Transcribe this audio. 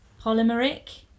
polymeric